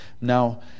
Now